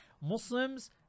Muslims